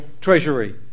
Treasury